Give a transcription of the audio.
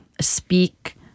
speak